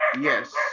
Yes